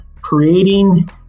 creating